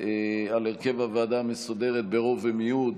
על הרכב הוועדה המסדרת ברוב ומיעוט,